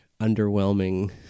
underwhelming